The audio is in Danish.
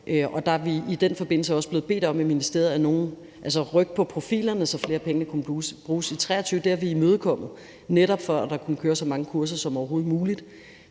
i den forbindelse også blevet bedt om i ministeriet at rykke på profilerne, så flere af pengene kunne bruges i 2023. Det har vi imødekommet, netop for at der kunne køre så mange kurser som overhovedet muligt.